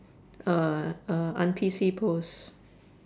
uh a un-P_C pose